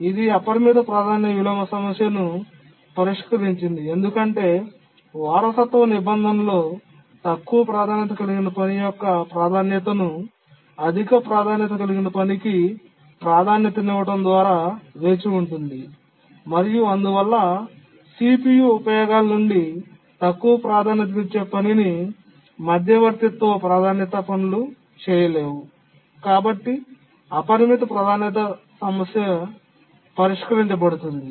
ఇది అపరిమిత ప్రాధాన్యత విలోమ సమస్యను పరిష్కరించింది ఎందుకంటే వారసత్వ నిబంధనలో తక్కువ ప్రాధాన్యత కలిగిన పని యొక్క ప్రాధాన్యతను అధిక ప్రాధాన్యత కలిగిన పనికి ప్రాధాన్యతనివ్వడం ద్వారా వేచి ఉంటుంది మరియు అందువల్ల CPU ఉపయోగాల నుండి తక్కువ ప్రాధాన్యతనిచ్చే పనిని మధ్యవర్తిత్వ ప్రాధాన్యత పనులు చేయలేవు కాబట్టి అపరిమిత ప్రాధాన్యత సమస్య పరిష్కరించబడుతుంది